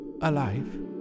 alive